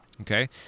Okay